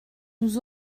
nous